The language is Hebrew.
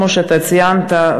כמו שציינת,